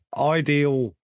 ideal